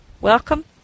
Welcome